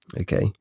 okay